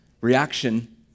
reaction